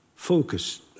Focus